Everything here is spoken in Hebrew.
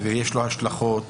ויש לו השלכות,